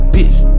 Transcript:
Bitch